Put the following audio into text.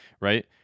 right